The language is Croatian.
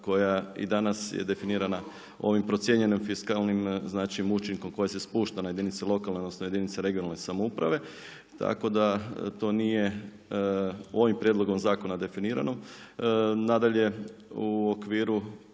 koja i danas je definirana ovim procijenjenim fiskalnim znači učinkom koji se spušta na jedinice lokalne, odnosno jedinice regionalne samouprave tako da to nije ovim prijedlogom zakona definirano. Nadalje u okviru